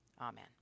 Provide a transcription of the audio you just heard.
Amen